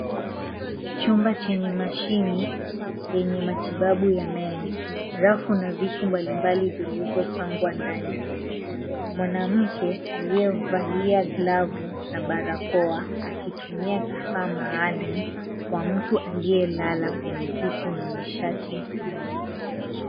Chumba chenye mashine yenye matibabu ya meno, rafu na vitu mbalimbali vilivyopangwa ndani. Mwanamke aliyevalia glavu na barakoa, akitumia kifaa maalumu kwa mtu aliyelala kwenye kiti mwenye shati nyeupe.